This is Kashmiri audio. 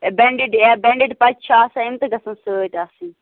بینٛڈِڈ یا بٮنٛڈِڈ پچہِ چھِ آسان تِم تہِ گَژھن سۭتۍ آسٕنۍ